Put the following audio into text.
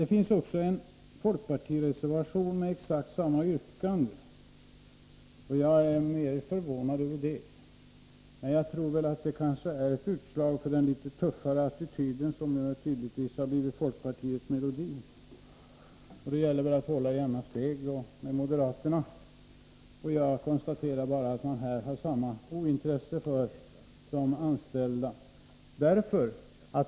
Det finns också en folkpartimotion med exakt samma yrkande, och jag är mer förvånad över det. Men jag tror att det är ett utslag av den litet tuffare attityd som tydligen blivit folkpartiets melodi. Det gäller väl att hålla jämna steg med moderaterna! Jag konstaterar bara att man här har samma ointresse för de anställda.